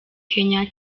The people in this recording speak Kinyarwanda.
kenya